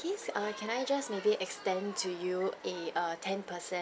err can I just maybe extend to you a err ten percent